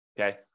okay